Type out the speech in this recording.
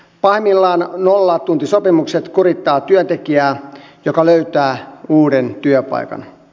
pahimmillaan nollatuntisopimukset kurittavat työntekijää joka löytää uuden työpaikan